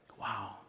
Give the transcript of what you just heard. Wow